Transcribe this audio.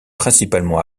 principalement